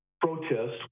protest